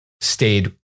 stayed